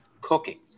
cooking